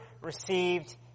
received